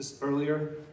earlier